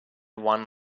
one